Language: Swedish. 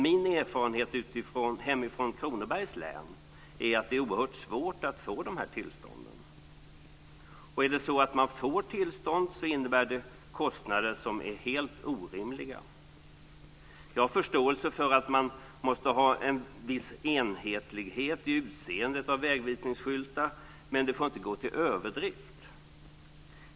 Min erfarenhet hemifrån Kronobergs län är att det är oerhört svårt att få dessa tillstånd. Och är det så att man får tillstånd innebär de kostnader som är helt orimliga. Jag har förståelse för att man måste ha en viss enhetlighet i utseendet av vägvisningsskyltar, men det får inte gå till överdrift.